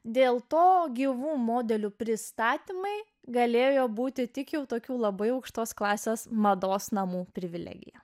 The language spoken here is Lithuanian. dėl to gyvų modelių pristatymai galėjo būti tik jau tokių labai aukštos klasės mados namų privilegija